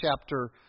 chapter